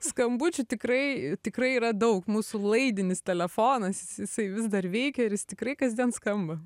skambučių tikrai tikrai yra daug mūsų laidinis telefonas jisai vis dar veikia ir jis tikrai kasdien skamba